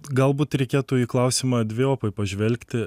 galbūt reikėtų į klausimą dvejopai pažvelgti